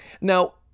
Now